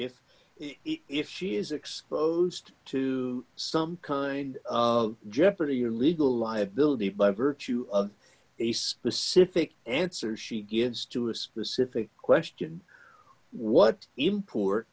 what if if she is exposed to some kind of jeopardy or legal liability by virtue of the specific answers she gives to a specific question what import